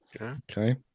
Okay